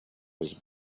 his